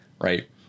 right